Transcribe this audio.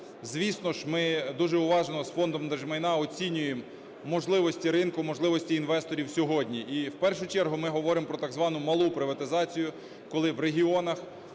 Звісно, ми дуже уважно з Фондом держмайна оцінюємо можливості ринку, можливості інвесторів сьогодні. І в першу чергу ми говоримо про так звану малу приватизацію, коли в регіонах